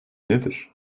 nedir